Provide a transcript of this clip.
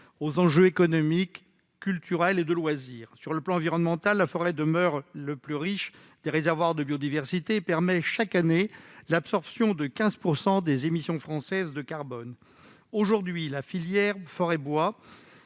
aux enjeux économiques, culturels et de loisirs. Sur le plan environnemental, la forêt demeure le plus riche des réservoirs de biodiversité et permet chaque année l'absorption de 15 % des émissions françaises de carbone. Aujourd'hui, la filière forêt-bois